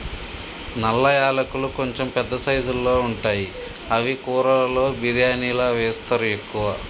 నల్ల యాలకులు కొంచెం పెద్ద సైజుల్లో ఉంటాయి అవి కూరలలో బిర్యానిలా వేస్తరు ఎక్కువ